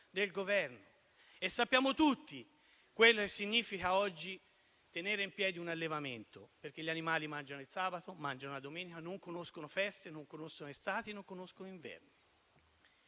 del Governo. Sappiamo tutti cosa significa oggi tenere in piedi un allevamento, perché gli animali mangiano anche il sabato e la domenica, non conoscono feste, non conoscono estati e inverni.